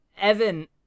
Evan